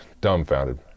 dumbfounded